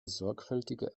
sorgfältige